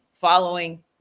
following